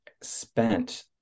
spent